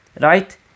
right